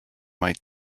might